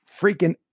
Freaking